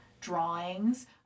drawings